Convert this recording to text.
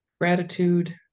gratitude